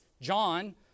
John